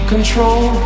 control